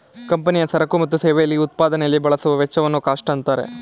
ಕಂಪನಿಯ ಸರಕು ಮತ್ತು ಸೇವೆಯಲ್ಲಿ ಉತ್ಪಾದನೆಯಲ್ಲಿ ಬಳಸುವ ವೆಚ್ಚವನ್ನು ಕಾಸ್ಟ್ ಅಂತಾರೆ